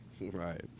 Right